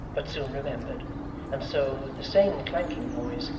but soon remembered and so, with the same clanking noise,